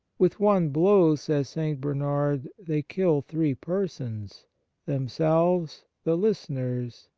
with one blow, says st. bernard, they kill three persons themselves, the listeners,